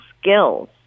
skills